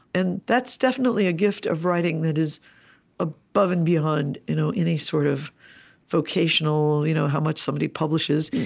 and that's definitely a gift of writing that is above and beyond you know any sort of vocational you know how much somebody publishes.